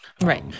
Right